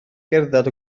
gerdded